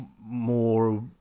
more